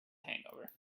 hangover